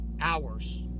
hours